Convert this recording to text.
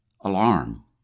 alarm